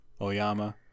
Oyama